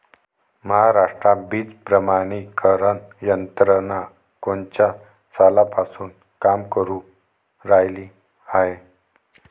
महाराष्ट्रात बीज प्रमानीकरण यंत्रना कोनच्या सालापासून काम करुन रायली हाये?